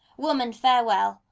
woman, farewell!